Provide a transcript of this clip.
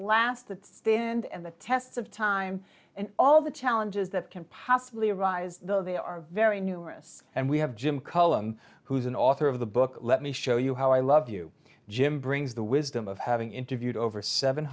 stand and the test of time and all the challenges that can possibly arise though they are very numerous and we have jim cullum who's an author of the book let me show you how i love you jim brings the wisdom of having interviewed over seven